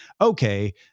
Okay